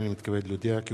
הנני מתכבד להודיעכם,